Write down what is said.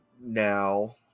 now